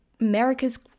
America's